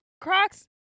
Crocs